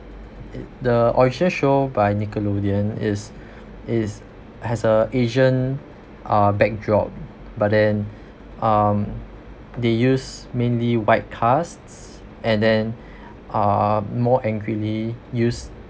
it the original show by nickelodeon is is has a asian uh backdrop but then um they use mainly white cast and then uh more use